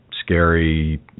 scary